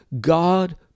God